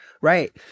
right